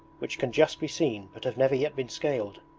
which can just be seen but have never yet been scaled.